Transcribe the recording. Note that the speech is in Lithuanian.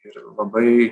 ir labai